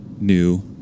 new